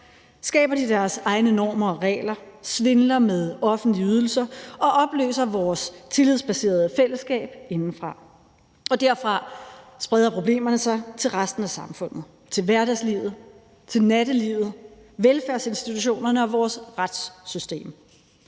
skaber de deres egne normer og regler, svindler med offentlige ydelser og opløser vores tillidsbaserede fællesskab indefra, og derfra spreder problemerne sig til resten af samfundet, til hverdagslivet, til nattelivet, til velfærdsinstitutionerne og vores retssystem.